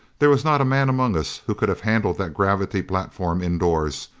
there was not a man among us who could have handled that gravity platform indoors,